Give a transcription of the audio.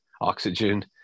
oxygen